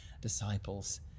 disciples